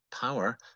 power